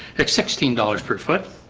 it's sixteen dollars per foot